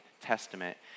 Testament